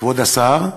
כבוד השר: